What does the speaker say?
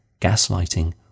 gaslighting